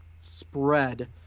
spread